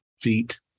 feet